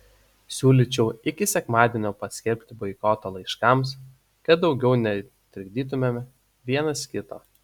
siūlyčiau iki sekmadienio paskelbti boikotą laiškams kad daugiau netrikdytumėme vienas kito